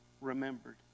remembered